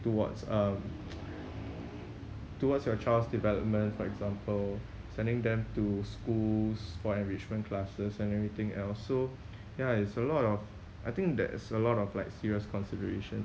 towards uh towards your child's development for example sending them to schools for enrichment classes and everything else so yeah it's a lot of I think that is a lot of like serious consideration